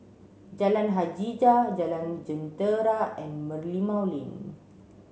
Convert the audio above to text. Jalan Hajijah Jalan Jentera and Merlimau Lane